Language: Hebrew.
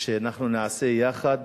שאנחנו נעשה יחד